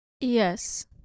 Yes